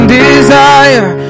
desire